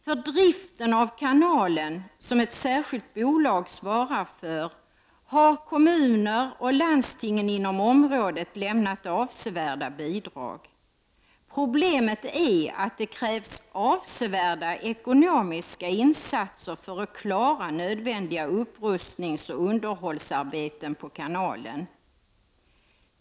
För driften av kanalen, som ett särskilt bolag svarar för, har kommuner och landsting inom området lämnat avsevärda bidrag. Problemet är att det krävs avsevärda ekonomiska insatser för att klara nödvändiga upprustningsoch underhållsarbeten på kanalen.